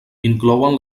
inclouen